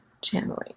channeling